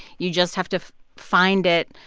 you just have to find it.